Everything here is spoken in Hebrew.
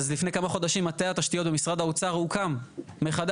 אז לפני כמה חודשים מטה התשתיות במשרד האוצר הוקם מחדש.